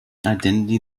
identity